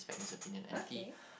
okay